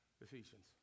Ephesians